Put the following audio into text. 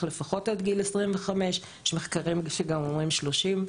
לפחות עד גיל 25. יש מחקרים שגם אומרים עד 30,